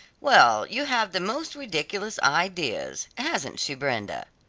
well, you have the most ridiculous ideas, hasn't she, brenda?